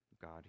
God